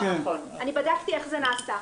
אני בדקתי איך זה נעשה.